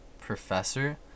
professor